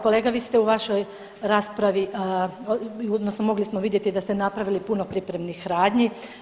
Kolega vi ste u vašoj raspravi odnosno mogli smo vidjeti da ste napravili puno pripremnih radnji.